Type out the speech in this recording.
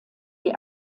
die